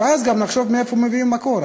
ואז גם נחשוב מאיפה מביאים מקור.